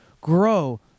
grow